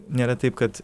nėra taip kad